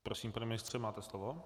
Prosím, pane ministře, máte slovo.